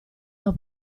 una